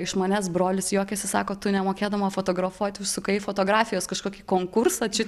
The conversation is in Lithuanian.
iš manęs brolis juokiasi sako tu nemokėdama fotografuoti užsukai fotografijos kažkokį konkursą čia